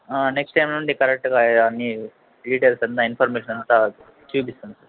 ఆ next time నుండి కరెక్ట్గా అన్నీ డీటెయిల్స్ అంతా ఇన్ఫర్మేషన్ అంతా చూపిస్తాను సార్